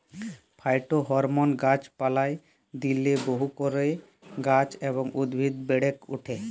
phytohormone গাছ পালায় দিইলে বহু করে গাছ এবং উদ্ভিদ বেড়েক ওঠে